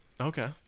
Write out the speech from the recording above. Okay